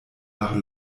nach